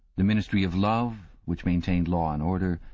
the ministry of love, which maintained law and order.